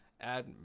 add